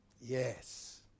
Yes